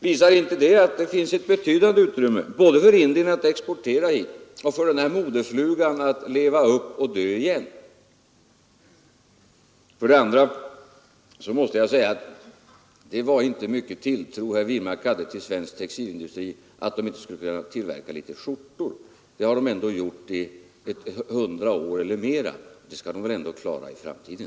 Visar inte detta att det finns ett betydande utrymme både för Indien att exportera hit och för den här modeflugan att leva upp och dö igen? För det andra måste jag säga att det inte var mycken tilltro herr Wirmark hade till svensk textilindustri — att den inte skulle kunna tillverka litet skjortor. Det har den ändå gjort i 100 år eller mer, och det skall den väl också klara i framtiden.